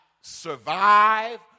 survive